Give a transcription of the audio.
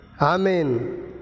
Amen